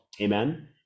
Amen